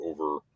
over